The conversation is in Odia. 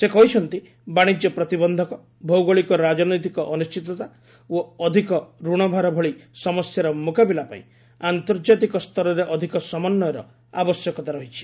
ସେ କହିଛନ୍ତି ବାଣିଜ୍ୟ ପ୍ରତିବନ୍ଧକ ଭୌଗୋଳିକ ରାଜନୈତିକ ଅନିଶ୍ଚିତତା ଓ ଅଧିକ ଋଣଭାର ଭଳି ସମସ୍ୟାର ମୁକାବିଲା ପାଇଁ ଆନ୍ତର୍ଜାତିକ ସ୍ତରରେ ଅଧିକ ସମନ୍ୱୟର ଆବଶ୍ୟକତା ରହିଛି